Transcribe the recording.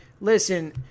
listen